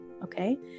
Okay